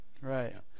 Right